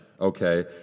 Okay